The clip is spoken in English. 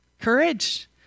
Courage